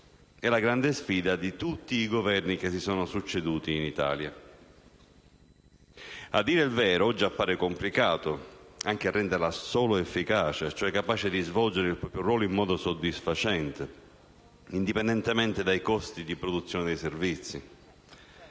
è la grande sfida di tutti i Governi che si sono succeduti in Italia. A dire il vero, oggi appare complicato anche renderla solo efficace, cioè capace di svolgere il proprio ruolo in modo soddisfacente, indipendentemente dai costi di produzione dei servizi.